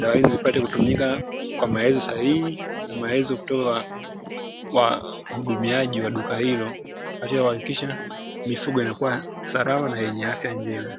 dawa hizi zipate kutumika kwa maelezo sahihi, na maelezo kutoa kwa mhudumiaji wa duka hilo, katika kuhakikisha mifugo inakuwa salama na yenye afya njema.